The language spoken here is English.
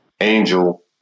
Angel